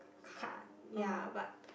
card ya but